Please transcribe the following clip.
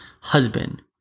husband